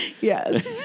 Yes